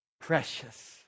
precious